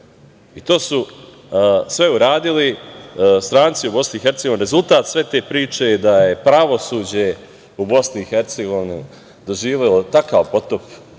I to su sve uradili stranci u BiH.Rezultat sve te priče je da je pravosuđe u BiH doživelo takav potop,